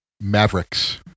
Mavericks